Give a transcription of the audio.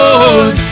Lord